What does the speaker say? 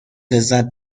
لذت